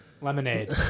Lemonade